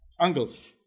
angles